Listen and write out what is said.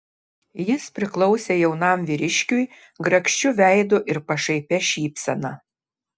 jis priklausė jaunam vyriškiui grakščiu veidu ir pašaipia šypsena